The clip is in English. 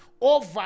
over